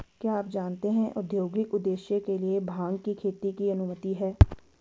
क्या आप जानते है औद्योगिक उद्देश्य के लिए भांग की खेती की अनुमति है?